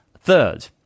Third